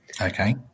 Okay